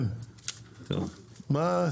טוב, כן.